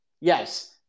Yes